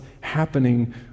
happening